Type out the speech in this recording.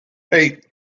eight